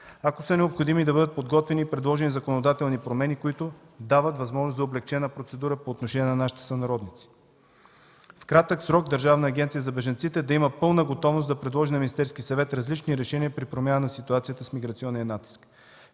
Ако е необходимо, да бъдат подготвени и предложени законодателни промени, които дават възможност за облекчена процедура по отношение на нашите сънародници. В кратък срок Държавната агенция за бежанците да има пълна готовност да предложи на Министерския съвет различни решения при промяна на ситуацията с миграционния натиск.